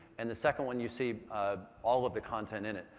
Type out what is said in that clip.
and the second one, you see all of the content in it.